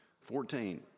Fourteen